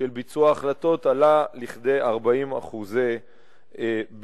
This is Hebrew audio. של ביצוע החלטות, עלה לכדי 40% ביצוע.